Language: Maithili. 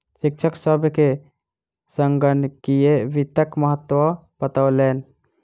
शिक्षक सभ के संगणकीय वित्तक महत्त्व बतौलैन